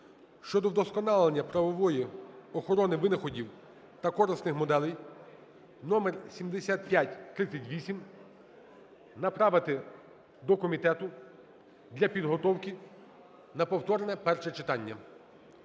щодо вдосконалення правової охорони винаходів та корисних моделей (№ 7538) направити до комітету для підготовки на повторне перше читання.